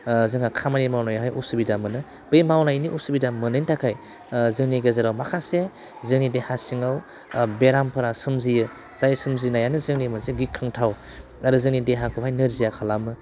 जोंहा खामानि मावनायावहाय असुबिदा मोनो बे मावनायनि असुबिदा मोननायनि थाखाय जोंनि गेजेराव माखासे जोंनि देहा सिङाव बेरामफोरा सोमजियो जाय सोमजिनायानो जोंनि मोनसे गिख्रंथाव आरो जोंनि देहाखौहाय नोरजिया खालामो